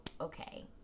okay